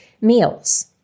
meals